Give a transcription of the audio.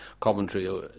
Coventry